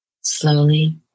Slowly